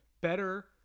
better